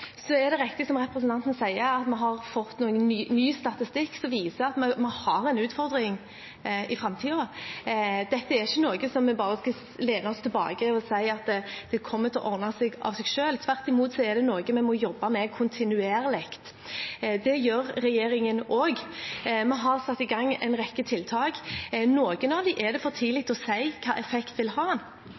Så er det riktig som representanten sier, at vi har fått ny statistikk som viser at vi har en utfordring i framtiden. Vi kan ikke bare lene oss tilbake og si at dette kommer til å ordne seg av seg selv. Tvert imot er det noe vi må jobbe med kontinuerlig. Det gjør regjeringen. Vi har satt i gang en rekke tiltak. For noen av dem er det for tidlig å si hvilken effekt de vil ha.